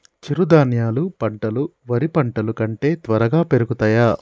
చిరుధాన్యాలు పంటలు వరి పంటలు కంటే త్వరగా పెరుగుతయా?